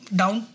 down